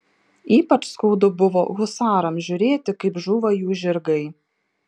ypač skaudu buvo husarams žiūrėti kaip žūva jų žirgai